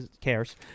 cares